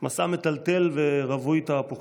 מסע מטלטל ורווי תהפוכות.